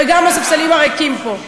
וגם את הספסלים הריקים פה.